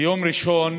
ביום ראשון